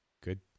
Good